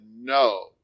no